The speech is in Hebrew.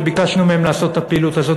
ביקשנו מהם לעשות את הפעילות הזאת.